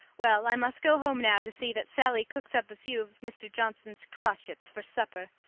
well, i must go home now to see that sally cooks up a few of mr. johnson's crotchets for supper.